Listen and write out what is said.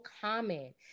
common